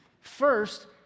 First